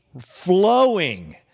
flowing